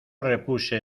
repuse